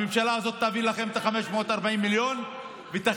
הממשלה הזאת תעביר לכם את ה-540 מיליון ותעביר